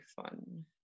fun